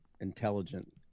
intelligent